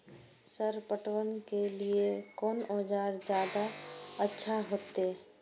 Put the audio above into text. Sir पटवन के लीऐ कोन औजार ज्यादा अच्छा होते?